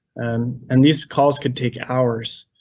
and and these calls could take hours.